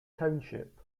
township